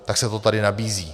Tak se to tady nabízí.